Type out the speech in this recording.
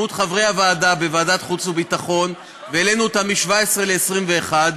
חברי הוועדה בוועדת החוץ והביטחון מ-17 ל-21,